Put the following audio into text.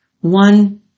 one